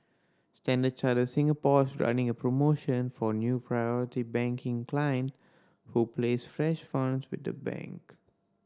Standard Chartered Singapore is running a promotion for new Priority Banking client who place fresh funds with the bank